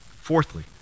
fourthly